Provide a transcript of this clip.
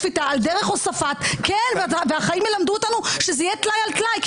השפיטה על דרך הוספת והחיים ילמדו אותנו שזה יהיה טלאי על טלאי,